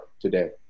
today